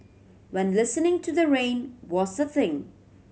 when listening to the rain was a thing